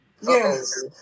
Yes